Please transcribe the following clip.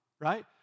right